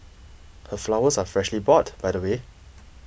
her flowers are freshly bought by the way